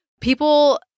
People